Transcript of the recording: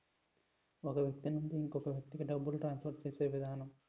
ఒక వ్యక్తి నుంచి ఇంకొక వ్యక్తికి డబ్బులు ట్రాన్స్ఫర్ చేసే విధానం